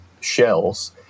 shells